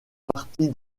partie